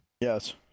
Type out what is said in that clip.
Yes